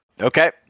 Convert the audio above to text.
Okay